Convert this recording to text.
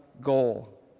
goal